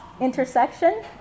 intersection